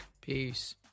peace